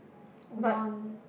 Udon